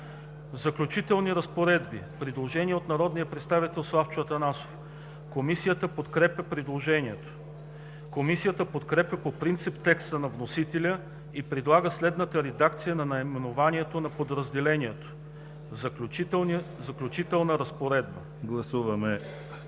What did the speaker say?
„Заключителни разпоредби“. Предложение от народния представител Славчо Атанасов. Комисията подкрепя предложението. Комисията подкрепя по принцип текста на вносителя и предлага следната редакция на наименованието на подразделението – „Заключителна разпоредба“.